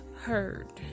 heard